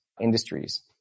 industries